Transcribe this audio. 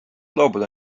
loobuda